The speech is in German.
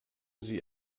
sie